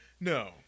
No